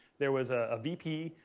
there was a vp.